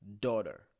daughter